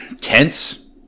tense